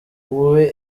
uwe